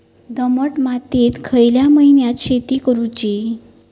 दमट मातयेत खयल्या महिन्यात शेती करुची?